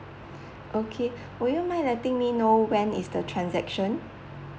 okay would you mind letting me know when is the transaction